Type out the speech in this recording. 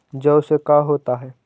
जौ से का होता है?